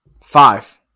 Five